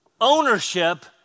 ownership